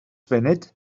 funud